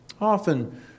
Often